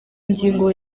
ngingo